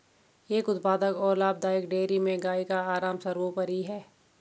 एक उत्पादक और लाभदायक डेयरी में गाय का आराम सर्वोपरि है